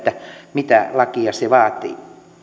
mitä lakia se vaatii